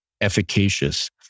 efficacious